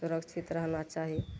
सुरक्षित रहना चाही